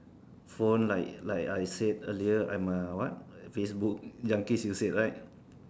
phone like like I said earlier I am what facebook junkies you said right